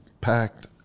packed